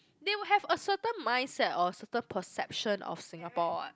they would have a certain mindset or a certain perception of Singapore what